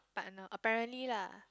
partner apparently lah